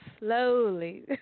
slowly